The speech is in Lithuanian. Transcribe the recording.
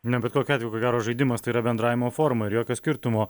na bet kokiu atveju ko gero žaidimas tai yra bendravimo forma ir jokio skirtumo